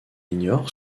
ignore